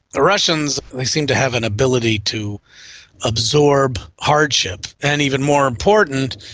the russians, they seem to have an ability to absorb hardship and even more important,